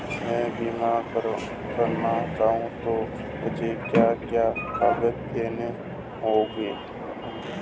मैं बीमा करना चाहूं तो मुझे क्या क्या कागज़ देने होंगे?